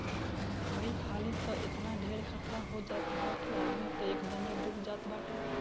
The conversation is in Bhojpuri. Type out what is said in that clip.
कई हाली तअ एतना ढेर खतरा हो जात हअ कि आदमी तअ एकदमे डूब जात बाटे